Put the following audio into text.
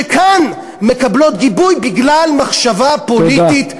שכאן מקבלות גיבוי בגלל מחשבה פוליטית,